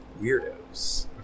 Weirdos